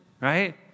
right